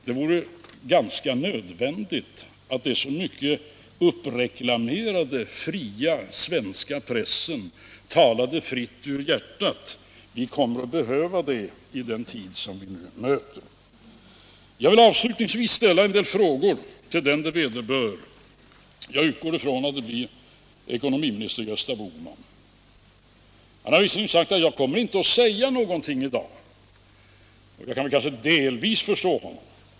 Det vore ganska nödvändigt att den så uppreklamerade fria svenska pressen talade fritt ur hjärtat. Vi kommer att behöva det i den tid som vi nu möter. Jag vill avslutningsvis ställa en del frågor till den det vederbör — jag utgår från att det blir ekonomiminister Gösta Bohman. Han har visserligen sagt att ”jag kommer inte att säga någonting i dag”. Jag kan kanske delvis förstå honom.